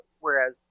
whereas